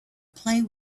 play